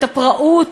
את הפראות,